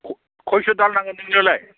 खयस' दाल नांगोन नोंनोलाय